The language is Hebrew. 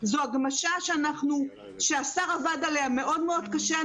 זו הגמשה שהשר עבד עליה מאוד מאוד קשה.